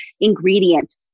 ingredient